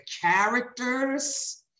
characters